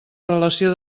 relació